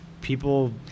people